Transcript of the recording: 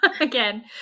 Again